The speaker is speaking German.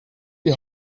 die